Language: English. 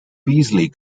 beasley